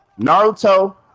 Naruto